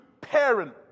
parent